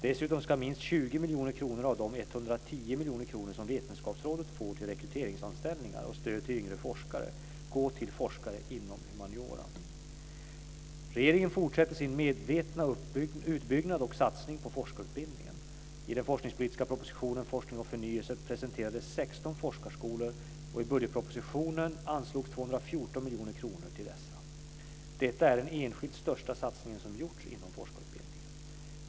Dessutom ska minst 20 miljoner kronor av de 110 miljoner kronor som Vetenskapsrådet får till rekryteringsanställningar och stöd till yngre forskare gå till forskare inom humaniora. Regeringen fortsätter sin medvetna utbyggnad och satsning på forskarutbildningen. I den forskningspolitiska propositionen Forskning och förnyelse (prop. 214 miljoner kronor till dessa. Detta är den enskilt största satsning som gjorts inom forskarutbildningen.